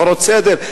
הפרות סדר.